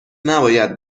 نباید